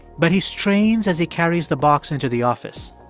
but he strains as he carries the box into the office.